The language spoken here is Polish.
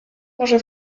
może